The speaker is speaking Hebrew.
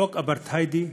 חוק אפרטהיידי,